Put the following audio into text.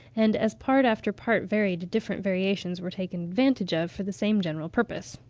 and as part after part varied different variations were taken advantage of for the same general purpose.